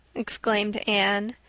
exclaimed anne,